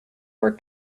for